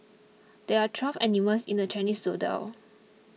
there are twelve animals in the Chinese zodiac